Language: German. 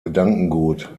gedankengut